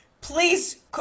please